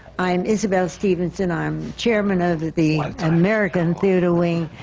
i'm isabelle stevenson. i'm chairman of the american theatre wing,